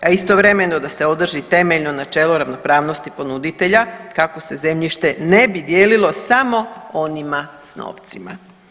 A istovremeno da se održi temeljno načelo ravnopravnosti ponuditelja kako se zemljište ne bi dijelilo samo onima s novcima.